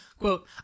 Quote